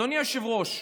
אדוני היושב-ראש.